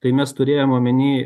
kai mes turėjom omeny